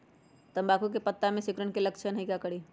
तम्बाकू के पत्ता में सिकुड़न के लक्षण हई का करी?